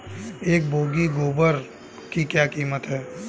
एक बोगी गोबर की क्या कीमत है?